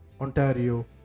Ontario